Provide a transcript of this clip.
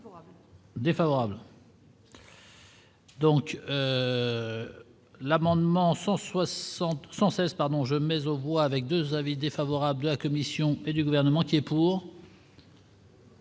défavorable. Donc l'amendement 160 116 pardon je mais au bois avec 2 avis défavorables de la Commission et du gouvernement qui est pour.